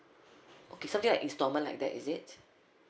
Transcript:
okay something like instalment like that is it